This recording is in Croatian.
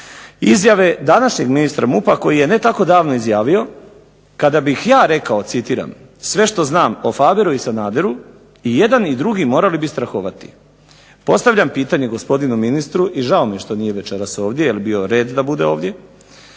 izjave današnjeg ministra MUP-a koji je ne tako davno izjavio "Kada bih ja rekao sve što znam o Faberu i Sanaderu i jedan i drugi morali bi strahovati". Postavljam pitanje gospodinu ministru i žao mi je što večera ovdje jer bi bio red da je ovdje,